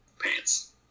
pants